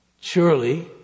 Surely